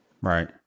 Right